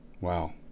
Wow